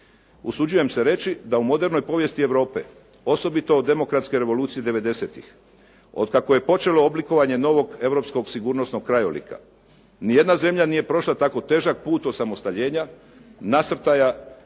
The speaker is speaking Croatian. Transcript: Usuđujem se reći da u modernoj povijesti Europe, osobito od demokratske revolucije devedesetih, otkako je počelo oblikovanje novog europskog sigurnosnog krajolika, ni jedna zemlja nije prošla tako težak put osamostaljenja, nasrtaja